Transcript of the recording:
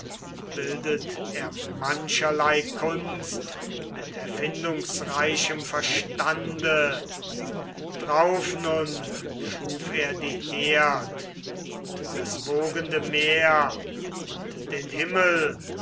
umzog er mit schimmerndem rande drauf nun schuf er die erd und das wogende meer und den himmel